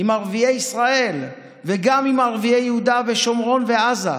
עם ערביי ישראל וגם עם ערביי יהודה ושומרון ועזה.